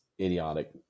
idiotic